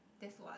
this one